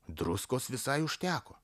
druskos visai užteko